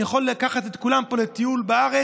אני יכול לקחת את כולם פה לטיול בארץ,